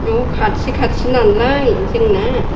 न' खाथि खाथिनालाय जोंना